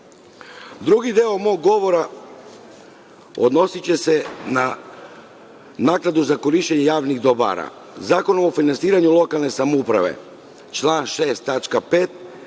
deo mog govora odnosiće se na naknadu za korišćenje javnih dobara. Zakon o finansiranju lokalne samouprave, član 6.